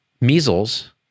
Measles